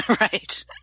Right